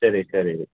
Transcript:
சரி சரி